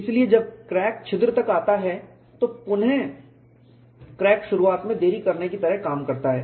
इसलिए जब क्रैक छिद्र तक आता है तो छिद्र पुनः क्रैक शुरुआत में देरी करने की तरह काम करता है